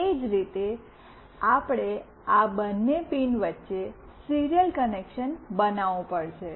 એ જ રીતે આપણે આ બંને પિન વચ્ચે સીરીયલ કનેક્શન બનાવવું પડશે